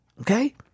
Okay